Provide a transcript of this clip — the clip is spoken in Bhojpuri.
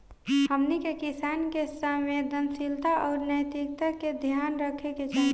हमनी के किसान के संवेदनशीलता आउर नैतिकता के ध्यान रखे के चाही